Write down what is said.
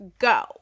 go